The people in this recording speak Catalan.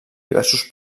diversos